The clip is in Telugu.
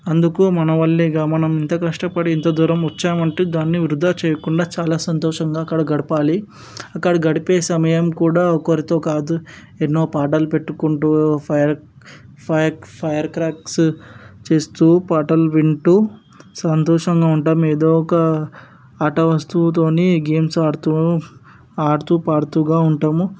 అందుకు మన వల్లేగా మనం ఇంత కష్టపడి ఇంత దూరం వచ్చామంటే దాన్ని వృధా చేయకుండా చాలా సంతోషంగా అక్కడ గడపాలి అక్కడ గడిపే సమయం కూడా ఒకరితో కాదు ఎన్నో పాటలు పెట్టుకుంటూ ఫైర్ ఫైర్స్ ఫైర్ క్రాకర్స్ చేస్తూ పాటలు వింటూ సంతోషంగా ఉంటాము ఏదో ఒక ఆట వస్తువుతోనే గేమ్స్ ఆడుతూ ఆడుతూ పాడుతూ ఉంటాము